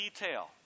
detail